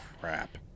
crap